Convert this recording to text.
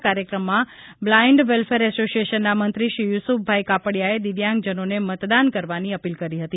આ કાર્યક્રમમાં blind welfare એસોશિએશનના મંત્રી શ્રી યુસુફભાઇ કાપડીયાએ દિવ્યાંગજનોને મતદાન કરવાની અપીલ કરી હતી